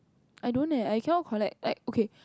I don't leh I cannot collect like okay